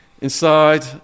Inside